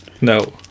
No